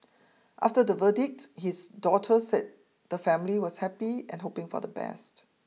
after the verdict his daughter said the family was happy and hoping for the best